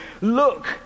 Look